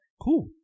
cool